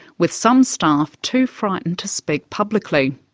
with some staff too frightened to speak publicly.